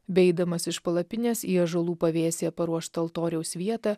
beeidamas iš palapinės į ąžuolų pavėsyje paruoštą altoriaus vietą